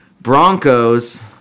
Broncos